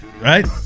right